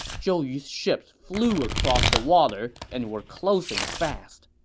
zhou yu's ships flew across the water and were closing fast.